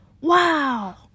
wow